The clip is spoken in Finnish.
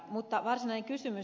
mutta varsinainen kysymys